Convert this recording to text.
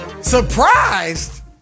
Surprised